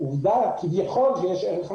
העובדה כביכול שיש ערך מחמיר.